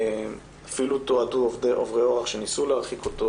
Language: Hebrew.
אפילו תועדו עוברי אורח שניסו להרחיק אותו